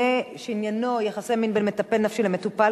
"שעניינו יחסי מין בין מטפל נפשי למטופל,